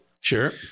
Sure